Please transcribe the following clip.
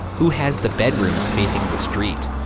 who has the bedrooms facing the street?